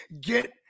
get